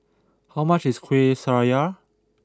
how much is Kueh Syara